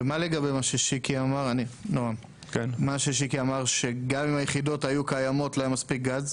ומה לגבי מה ששיקי אמר שגם אם היחידות היו קיימות לא היה מספיק גז?